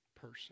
person